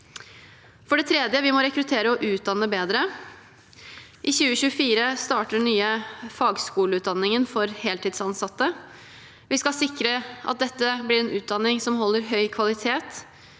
For det tredje må vi rekruttere og utdanne bedre. I 2024 startet den nye fagskoleutdanningen for heltidsansatte. Vi skal sikre at dette blir en utdanning som holder høy kvalitet.